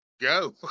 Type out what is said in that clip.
go